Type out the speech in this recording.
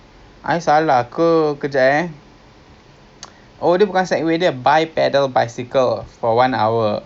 eh actually this one better if you want we should go for the sea aquarium tour ten token then the other ten we go mega bounce lor